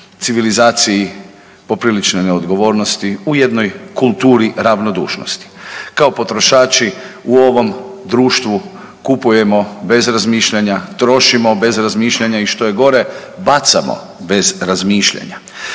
civilizaciji poprilične neodgovornosti, u jednoj kulturi ravnodušnosti. Kao potrošači u ovom društvu kupujemo bez razmišljanja, trošimo bez razmišljanja i što je gore bacamo bez razmišljanja.